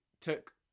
took